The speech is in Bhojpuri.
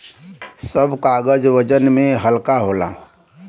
सब कागज वजन में हल्का होला